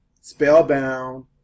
spellbound